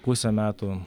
pusę metų